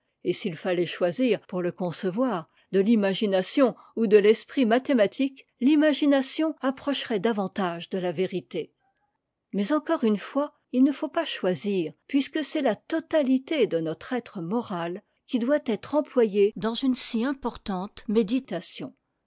et s'il fallait choisir pour le concevoir de l'imagination ou de l'esprit mathématique l'imagination approcherait davantage de la vérité mais encore une fois il ne faut pas choisir puisque c'est la totalité de notre être moral qui doit être employée dans une si importante méditation